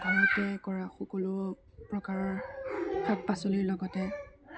ঘৰতে কৰা সকলো প্ৰকাৰৰ শাক পাচলিৰ লগতে